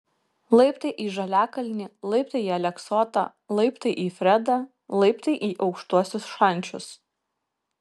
laiptai į žaliakalnį laiptai į aleksotą laiptai į fredą laiptai į aukštuosius šančius